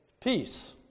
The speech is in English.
peace